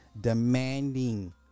demanding